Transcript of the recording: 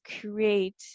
create